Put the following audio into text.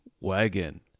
Wagon